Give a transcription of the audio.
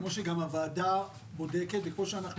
כמו שגם הוועדה בודקת וכמו שאנחנו